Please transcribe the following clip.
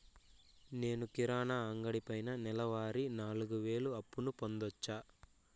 నేను కిరాణా అంగడి పైన నెలవారి నాలుగు వేలు అప్పును పొందొచ్చా?